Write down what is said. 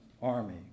army